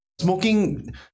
smoking